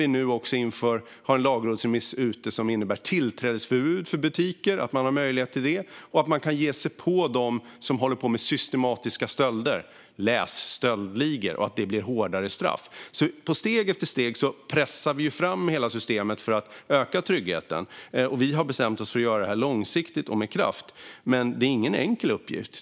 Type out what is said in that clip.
Vi har nu en lagrådsremiss ute med förslag som innebär att man har möjlighet till tillträdesförbud för butiker, att man kan ge sig på dem som håller på med systematiska stölder - läs: stöldligor - och att det blir hårdare straff. Steg efter steg pressar vi alltså fram hela systemet för att öka tryggheten, och vi har bestämt oss för att göra det långsiktigt och med kraft. Det är ingen enkel uppgift.